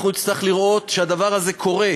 אנחנו נצטרך לראות שהדבר הזה קורה.